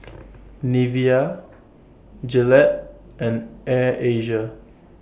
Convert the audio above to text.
Nivea Gillette and Air Asia